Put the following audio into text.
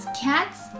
cats